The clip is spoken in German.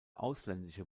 ausländische